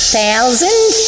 thousand